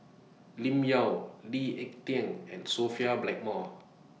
Lim Yau Lee Ek Tieng and Sophia Blackmore